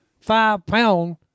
five-pound